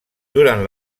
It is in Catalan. durant